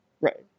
Right